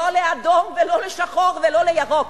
לא לאדום ולא לשחור ולא לירוק.